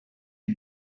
you